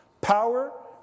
power